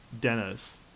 dennis